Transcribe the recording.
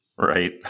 Right